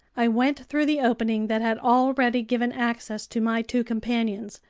i went through the opening that had already given access to my two companions.